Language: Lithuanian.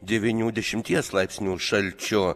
devynių dešimties laipsnių šalčio